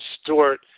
Stewart